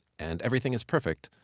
and everything is perfect,